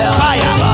fire